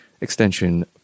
extension